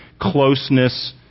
closeness